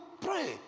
pray